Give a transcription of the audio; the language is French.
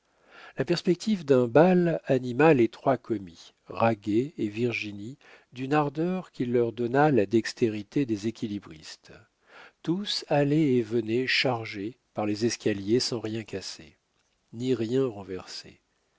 la perspective d'un bal anima les trois commis raguet et virginie d'une ardeur qui leur donna la dextérité des équilibristes tous allaient et venaient chargés par les escaliers sans rien casser ni rien